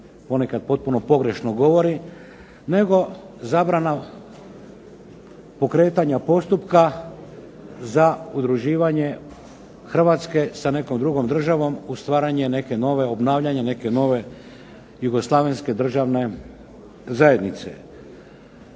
ponekad potpuno pogrešno govori, nego zabrana pokretanja postupka za udruživanje Hrvatske sa nekom drugom državom u stvaranje neke nove, obnavljanje neke nove jugoslavenske državne zajednice.